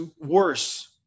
worse